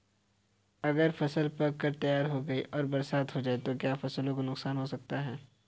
अगर फसल पक कर तैयार हो गई है और बरसात हो जाए तो क्या फसल को नुकसान हो सकता है?